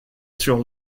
sur